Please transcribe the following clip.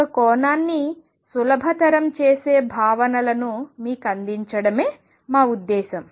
ఒక కోణాన్ని సులభతరం చేసే భావనలను మీకు అందించడమే మా ఉద్దేశం